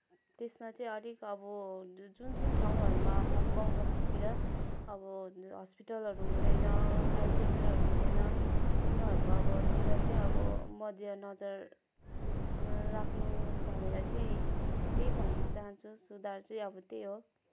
त्यसमा चाहिँ अलिक अब जुन जुन ठाउँहरूमा अब गाउँबस्तीतिर अब हस्पिटलहरू हुँदैन हेल्थ सेन्टरहरू हुँदैन उनीहरूको अब तिर चाहिँ अब मध्यनजर राख्नु भनेर चाहिँ त्यही भन्न चाहन्छु सुधार चाहिँ अब त्यही हो